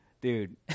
dude